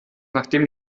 nachdem